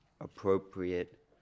appropriate